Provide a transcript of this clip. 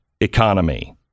economy